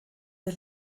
der